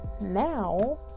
now